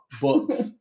books